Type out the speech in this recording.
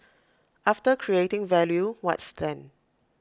after creating value what's then